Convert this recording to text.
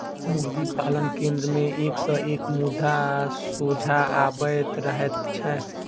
मुर्गी पालन केन्द्र मे एक सॅ एक मुद्दा सोझा अबैत रहैत छै